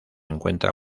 encuentra